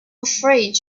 afraid